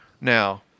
Now